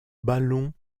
ballon